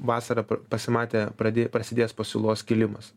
vasarą pasimatė pradė prasidėjęs pasiūlos kilimas